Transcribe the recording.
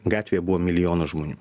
gatvėje buvo milijonas žmonių